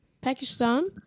Pakistan